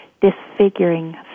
disfiguring